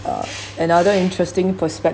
uh another interesting prospect